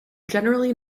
generally